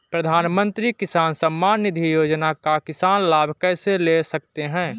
प्रधानमंत्री किसान सम्मान निधि योजना का किसान लाभ कैसे ले सकते हैं?